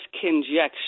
conjecture